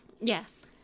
Yes